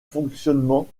fonctionnement